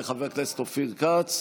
וחבר הכנסת אופיר כץ,